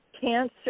cancer